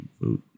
vote